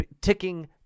ticking